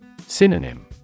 Synonym